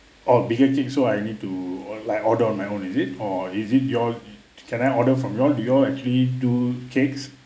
oh bigger cake so I need to like order on my own is it or is it you all can I order from you all do you all actually do cakes